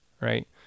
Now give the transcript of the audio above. right